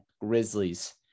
Grizzlies